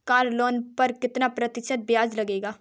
Car loan पर कितना प्रतिशत ब्याज लगेगा?